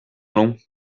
long